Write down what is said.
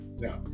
no